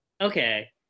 Okay